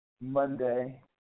Monday